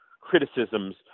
criticisms